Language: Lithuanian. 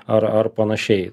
ar ar panašiai